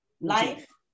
life